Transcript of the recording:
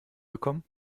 bekommen